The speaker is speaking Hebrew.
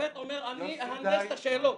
השופט אומר: אני אהנדס את השאלות.